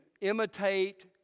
imitate